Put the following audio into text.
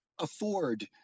afford